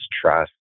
trust